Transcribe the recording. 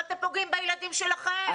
אבל אתם פוגעים בילדים שלכם.